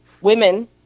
women